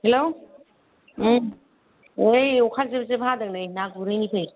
hello नै अखा जुब जुब हादों नै ना गुरहैनि फै